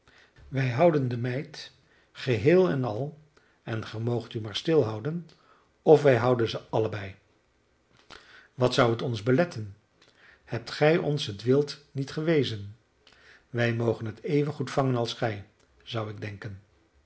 wij houden de meid geheel en al en gij moogt u maar stilhouden of wij houden ze allebei wat zou het ons beletten hebt gij ons het wild niet gewezen wij mogen het evengoed vangen als gij zou ik denken